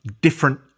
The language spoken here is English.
different